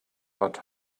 hot